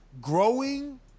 growing